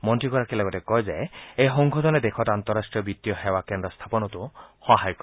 মন্ত্ৰীগৰাকীয়ে লগতে কয় যে এই সংশোধনে দেশত আন্তৰাষ্ট্ৰীয় বিত্তীয় সেৱা কেন্দ্ৰ স্থাপনতো সহায় কৰিব